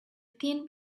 thin